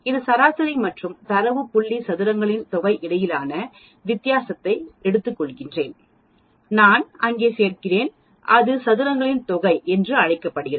இது சராசரி மற்றும் தரவு புள்ளி சதுரங்களின் தொகை இடையிலான வித்தியாசத்தை எடுத்துக்கொள்கிறேன் நான் அங்கு சேர்க்கிறேன் இது சதுரங்களின் தொகை என்று அழைக்கப்படுகிறது